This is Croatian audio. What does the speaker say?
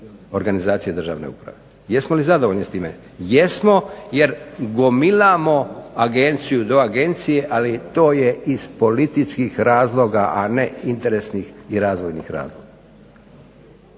organizacije državne uprave. Jesmo li zadovoljni s time? Jesmo, jer gomilamo agenciju do agencije, ali to je iz političkih razloga, a ne interesnih i razvojnih razloga.